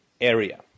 area